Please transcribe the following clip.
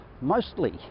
mostly